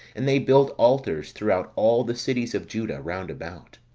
and they built altars throughout all the cities of juda round about